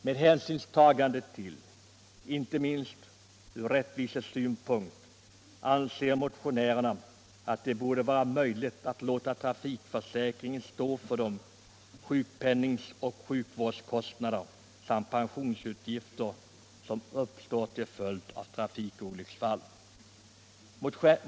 Med hänsynstagande till detta — inte minst ur rättvisesynpunkt — anser motionärerna att det borde vara möjligt att låta trafikförsäkringen stå för de sjukpenningsoch sjukvårdskostnader samt pensionsutgifter som uppkommer till följd av trafikolycksfall.